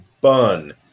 bun